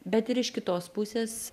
bet ir iš kitos pusės